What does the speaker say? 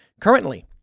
Currently